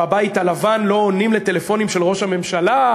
בבית הלבן לא עונים לטלפונים של ראש הממשלה,